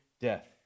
death